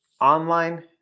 online